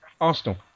Arsenal